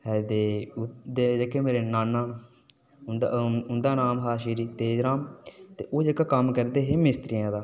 ते जेह्के मेरे नाना न हुंदी नाम हा श्री तेज राम ते ओह् जेह्का कम्म करदे हे मिस्त्रियें दा